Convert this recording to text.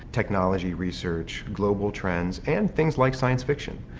technology research, global trends and things like science fiction.